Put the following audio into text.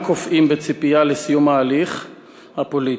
קופאים בציפייה לסיום ההליך הפוליטי.